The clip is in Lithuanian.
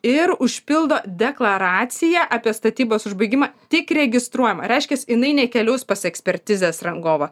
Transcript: ir užpildo deklaraciją apie statybos užbaigimą tik registruojama reiškias jinai nekeliaus pas ekspertizės rangovą